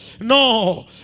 No